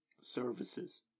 services